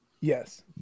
Yes